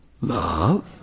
love